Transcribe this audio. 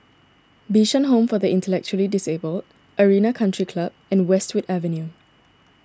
Bishan Home for the Intellectually Disabled Arena Country Club and Westwood Avenue